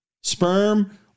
Sperm